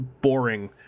boring